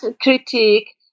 critique